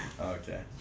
okay